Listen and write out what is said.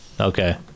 Okay